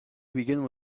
begin